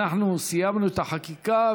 אנחנו סיימנו את החקיקה.